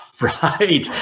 right